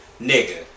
Nigga